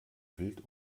wild